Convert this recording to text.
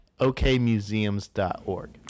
okmuseums.org